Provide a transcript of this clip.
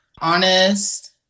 honest